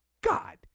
god